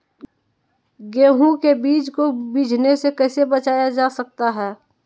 गेंहू के बीज को बिझने से कैसे बचाया जा सकता है?